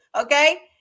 Okay